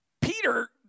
Peter